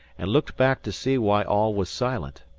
and looked back to see why all was silent.